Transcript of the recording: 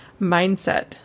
mindset